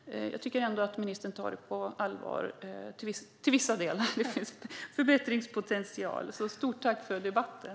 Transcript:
Jag tycker att ministern verkar ta detta på allvar, även om det till vissa delar finns en förbättringspotential. Stort tack för debatten!